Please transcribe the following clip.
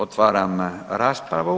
Otvaram raspravu.